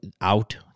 out